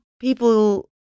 people